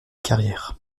carrière